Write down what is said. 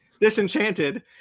Disenchanted